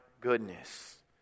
goodness